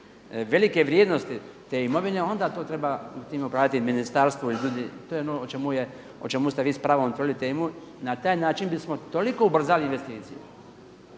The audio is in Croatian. velike vrijednosti te imovine onda to treba u tim … ministarstvu ili ljudi, to je ono o čemu ste vi s pravom otvorili temu. Na taj način bismo toliko ubrzali investicije,